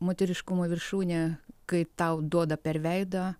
moteriškumo viršūnė kai tau duoda per veidą